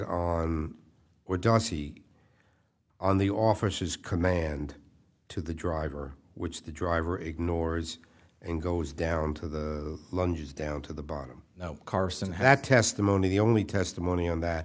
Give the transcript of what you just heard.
see on the officer's command to the driver which the driver ignores and goes down to the lunges down to the bottom no carson had testimony the only testimony on that